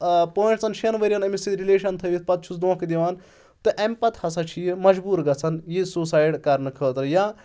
پانٛژَن شیٚن ؤریَن أمِس سۭتۍ رِلیشَن تھٲوِتھ پَتہٕ چھُس دۄنٛکھٕ دِوان تہٕ امہِ پَتہٕ ہَسا چھِ یہِ مَجبوٗر گژھان یہِ سوٗسایڈ کَرنہٕ خٲطرٕ یا